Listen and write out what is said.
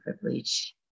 privilege